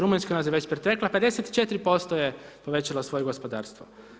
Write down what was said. Rumunjska nas je već pretekle, 54% je povećala svoje gospodarstvo.